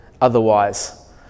otherwise